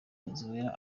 venezuela